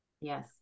Yes